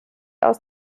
aus